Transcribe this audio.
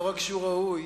לא רק שהוא ראוי,